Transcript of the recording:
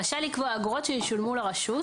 רשאי לקבוע אגרות שישולמו לרשות,